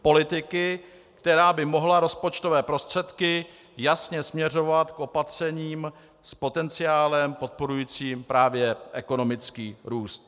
Politiky, která by mohla rozpočtové prostředky jasně směřovat k opatřením s potenciálem podporujícím právě ekonomický růst.